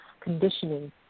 conditioning